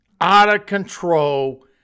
out-of-control